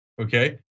Okay